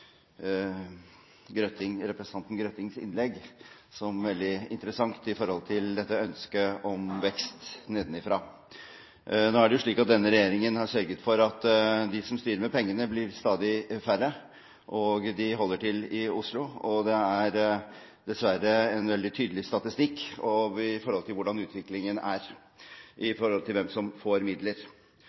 opplevde representanten Grøttings innlegg som veldig interessant i forhold til ønsket om vekst nedenfra. Nå er det jo slik at denne regjeringen har sørget for at de som styrer med pengene, blir stadig færre, og de holder til i Oslo. Det er dessverre en veldig tydelig statistikk på hvordan utviklingen er når det gjelder hvem som får midler.